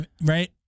right